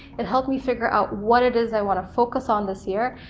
it helped me figure out what it is i want to focus on this year,